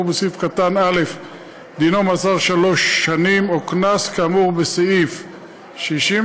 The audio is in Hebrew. בסעיף קטן(א) דינו מאסר שלוש שנים או קנס כאמור בסעיף 61(א)(4),